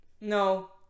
no